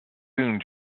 soon